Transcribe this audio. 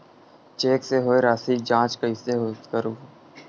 Cheque से होए राशि के जांच कइसे करहु?